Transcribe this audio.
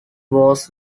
was